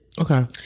Okay